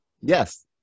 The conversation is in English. Yes